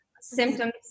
symptoms